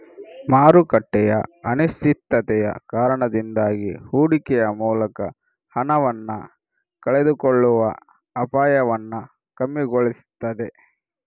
ಮಾರುಕಟ್ಟೆಯ ಅನಿಶ್ಚಿತತೆಯ ಕಾರಣದಿಂದಾಗಿ ಹೂಡಿಕೆಯ ಮೂಲಕ ಹಣವನ್ನ ಕಳೆದುಕೊಳ್ಳುವ ಅಪಾಯವನ್ನ ಕಮ್ಮಿಗೊಳಿಸ್ತದೆ